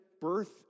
birth